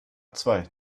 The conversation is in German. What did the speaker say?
zwei